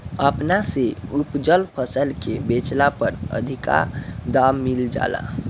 अपना से उपजल फसल के बेचला पर अधिका दाम मिल जाला